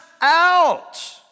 out